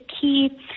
key